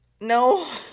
No